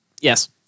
Yes